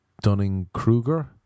Dunning-Kruger